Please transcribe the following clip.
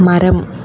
மரம்